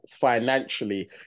financially